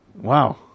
Wow